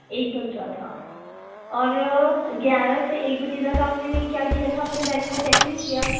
एक बज रहा था और ग्यारह से एक बजे तक आपने क्या किया था अपने बैग को चेक नहीं किया